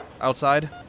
outside